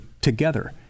together